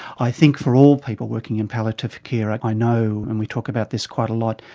i think for all people working in palliative care, i i know and we talk about this quite a lot,